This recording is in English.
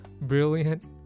brilliant